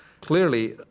Clearly